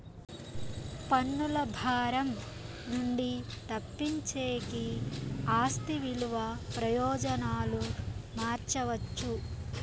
పన్నుల భారం నుండి తప్పించేకి ఆస్తి విలువ ప్రయోజనాలు మార్చవచ్చు